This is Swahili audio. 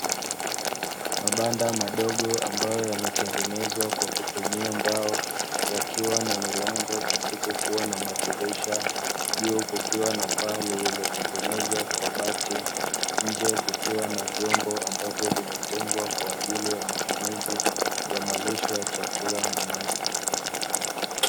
Mabanda madogo ambayo yametengenezwa kwa kutumia mbao, yakiwa na milango pasipokuwa na madilisha juu kukiwa na paa lililotengenezwa kwa bati nje kukiwa na vyombo ambavyo vimetengwa kwa matumizi ya malisho ya chakula na maji.